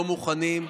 לא מוכנים.